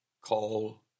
call